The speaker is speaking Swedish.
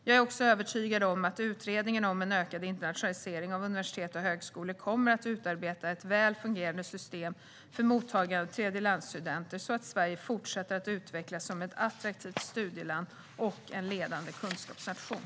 Jag är också övertygad om att utredningen om en ökad internationalisering av universitet och högskolor kommer att utarbeta ett välfungerande system för mottagande av tredjelandsstudenter, så att Sverige fortsätter att utvecklas som ett attraktivt studieland och en ledande kunskapsnation.